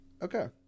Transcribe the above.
Okay